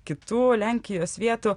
kitų lenkijos vietų